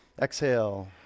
Exhale